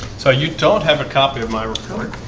so you don't have a copy of my report?